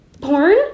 Porn